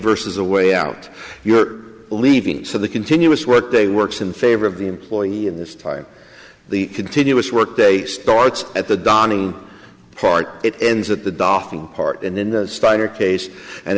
versus a way out you're leaving so the continuous work day works in favor of the employee and this time the continuous work day starts at the dawning part it ends at the docking part and then the starter case and